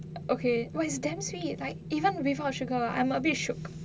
okay !wah! is damn sweet like even without sugar I am a bit shook